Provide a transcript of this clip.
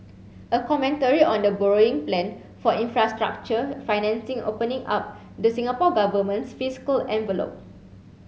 a commentary on the borrowing plan for infrastructure financing opening up the Singapore Government's fiscal envelope